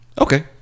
Okay